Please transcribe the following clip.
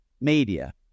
media